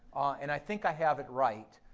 and i think i have it right.